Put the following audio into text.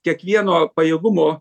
kiekvieno pajėgumo